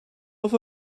off